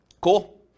cool